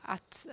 Att